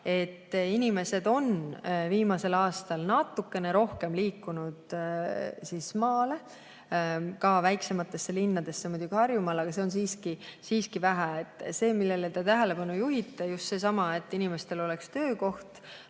et inimesed on viimasel aastal natukene rohkem liikunud maale, ka väiksematesse linnadesse, seda muidugi Harjumaal, aga seda on siiski vähe. See on see, millele te tähelepanu juhite, just seesama, et inimestel oleks töökoht,